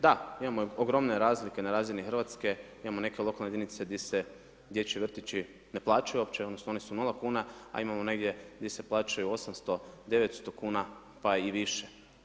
Da imamo ogromne razlike na razini Hrvatske, imamo neke lokalne jedinice di se dječji vrtići ne plaću uopće odnosno oni su 0 kuna, a imamo negdje gdje se plaćaju 800, 900 kuna pa i više.